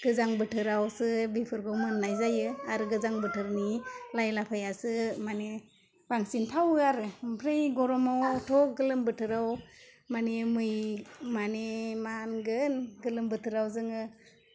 गोजां बोथोरावसो बेफोरखौ मोन्नाय जायो आर गोजां बोथोरनि लाइ लाफायासो माने बांसिन थावो आरो ओमफ्राय गर'मावथ' गोलोम बोथोराव माने मै माने मा होनगोन गोलोम बोथोराव जोङो